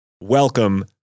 welcome